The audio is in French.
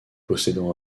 possédant